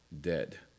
dead